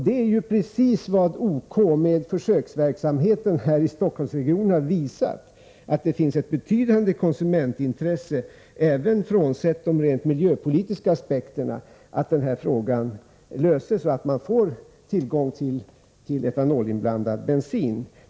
Det är precis vad OK med försöksverksamheten här i Stockholmsregionen har visat, dvs. att det finns ett betydande konsumentintresse, även frånsett de rent miljöpolitiska aspekterna, av att denna fråga löses och att man får tillgång till bensin med etanolinblandning.